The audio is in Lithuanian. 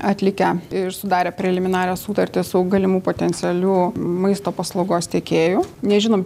atlikę ir sudarę preliminarią sutartį su galimų potencialių maisto paslaugos tiekėjų nežinom